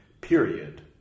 period